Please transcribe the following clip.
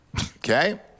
okay